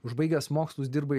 užbaigęs mokslus dirbai